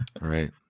right